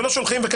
ולא שולחים וכן